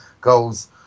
goals